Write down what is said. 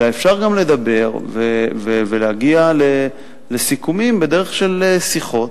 אלא אפשר גם לדבר ולהגיע לסיכומים בדרך של שיחות,